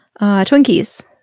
Twinkies